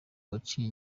baciye